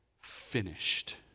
finished